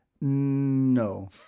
No